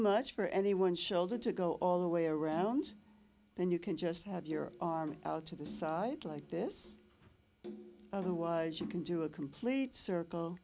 much for any one shoulder to go all the way around then you can just have your arm out to the side like this otherwise you can do a complete circle